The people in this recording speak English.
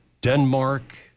Denmark